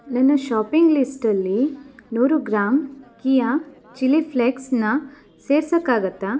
ನನ್ನ ಷಾಪಿಂಗ್ ಲಿಸ್ಟಲ್ಲಿ ನೂರು ಗ್ರಾಂ ಕಿಯಾ ಚಿಲ್ಲಿ ಫ್ಲೇಕ್ಸನ್ನ ಸೇರ್ಸೋಕ್ಕಾಗತ್ತಾ